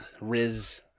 Riz